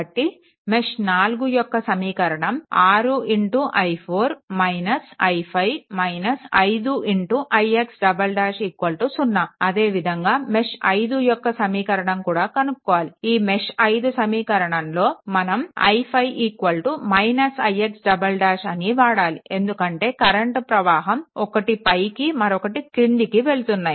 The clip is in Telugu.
కాబట్టి మెష్ 4 యొక్క సమీకరణం 6i4 i5 5ix " 0 అదే విధంగా మెష్5 యొక్క సమీకరణం కూడా కనుక్కోవాలి ఈ మెష్5 సమీకరణంలో మనం i5 ix " అని వాడాలి ఎందుకంటే కరెంట్ ప్రవాహం ఒక్కటి పైకి మరొకటి క్రిందికి వెళ్తున్నాయి